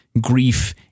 grief